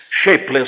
shapeless